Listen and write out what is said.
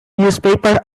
newspaper